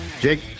Jake